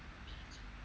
mm